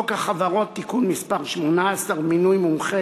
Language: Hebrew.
חוק החברות (תיקון מס' 18) (מינוי מומחה